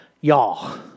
y'all